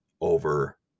over